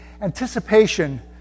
Anticipation